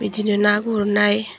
बिदिनो ना गुरनाय